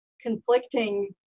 conflicting